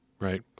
right